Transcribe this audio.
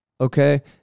Okay